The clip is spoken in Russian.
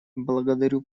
благодарю